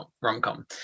rom-com